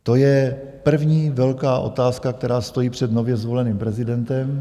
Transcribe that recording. To je první velká otázka, která stojí před nově zvoleným prezidentem.